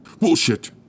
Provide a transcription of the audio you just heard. Bullshit